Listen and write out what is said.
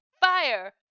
Fire